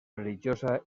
religiosa